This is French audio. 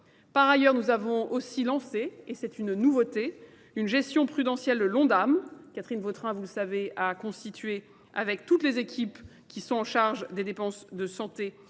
Par ailleurs, nous avons aussi lancé, et c'est une nouveauté, une gestion prudentielle de Londam. Catherine Vautrin, vous le savez, a constitué, avec toutes les équipes qui sont en charge des dépenses de santé,